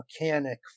mechanic